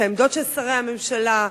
את העמדות של שרי הממשלה,